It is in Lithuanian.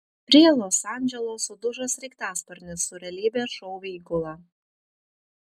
prie los andželo sudužo sraigtasparnis su realybės šou įgula